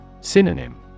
Synonym